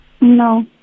No